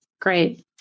Great